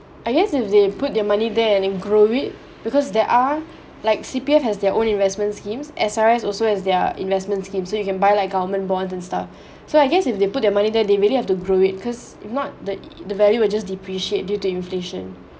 I guess if they put their money there and then grow it because there are like C_P_F has their own investment schemes S_R_S also has their investment scheme so you can buy like government bonds and stuff so I guess if they put their money that they really have to grow it cause if not the value will just depreciate due to inflation